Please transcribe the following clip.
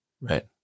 right